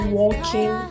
walking